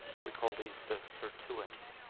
we call these the sirtuins.